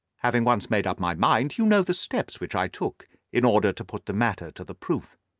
having once made up my mind, you know the steps which i took in order to put the matter to the proof.